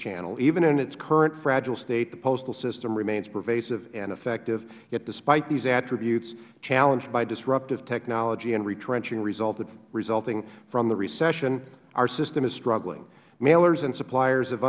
channel even in its current fragile state the postal system remains pervasive and effective yet despite these attributes challenged by disruptive technology and retrenching resulting from the recession our system is struggling mailers and suppliers